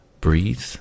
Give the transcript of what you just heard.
Breathe